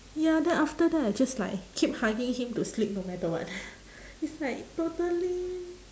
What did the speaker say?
ya then after that I just like keep hugging him to sleep no matter what it's like totally